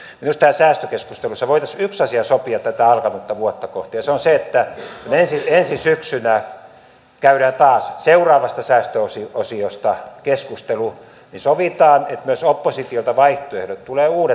minusta tässä säästökeskustelussa voitaisiin yksi asia sopia tätä alkanutta vuotta kohti ja se on se että kun ensi syksynä käydään taas seuraavasta säästöosiosta keskustelu niin sovitaan että myös oppositiolta tulee uudet vaihtoehdot